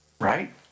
Right